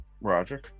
Roger